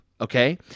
okay